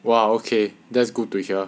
!wow! okay that's good to hear